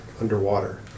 underwater